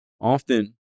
Often